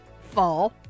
Fall